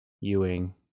Ewing